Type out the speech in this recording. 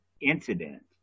incident